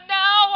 now